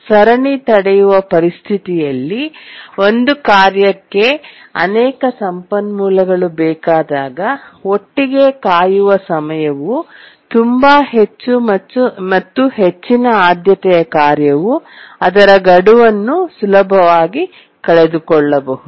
ಸರಣಿ ತಡೆಯುವ ಪರಿಸ್ಥಿತಿಯಲ್ಲಿ ಒಂದು ಕಾರ್ಯಕ್ಕೆ ಅನೇಕ ಸಂಪನ್ಮೂಲಗಳು ಬೇಕಾದಾಗ ಒಟ್ಟಿಗೆ ಕಾಯುವ ಸಮಯವು ತುಂಬಾ ಹೆಚ್ಚು ಮತ್ತು ಹೆಚ್ಚಿನ ಆದ್ಯತೆಯ ಕಾರ್ಯವು ಅದರ ಗಡುವನ್ನು ಸುಲಭವಾಗಿ ಕಳೆದುಕೊಳ್ಳಬಹುದು